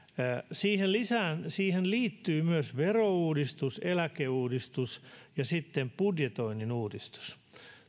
siihen liittyi myös verouudistus eläkeuudistus ja sitten budjetoinnin uudistus